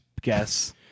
guess